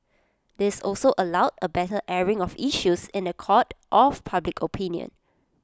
this also allowed A better airing of issues in The Court of public opinion